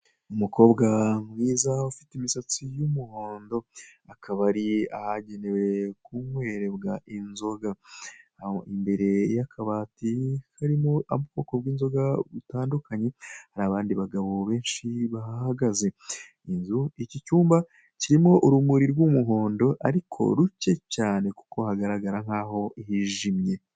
Umukobwa mwiza ufite imisatsi y'umuhondo. Akaba ari ahagenewe kunywerebwa inzoga. Aho imbere y'akabati karimo ubwoko bw'inzoga zitandukanye hari abandi bagabo benshi bahahagaze. Inzu iki cyumba kirimo urumuri rw'umuhondo ariko ruke cyane kuko hagaragara nkaho hijimye.